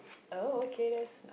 oh okay that's